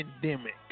pandemic